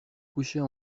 couchait